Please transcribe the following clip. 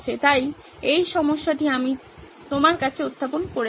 তাই এই সমস্যাটি আমি আপনার কাছে উত্থাপন করেছি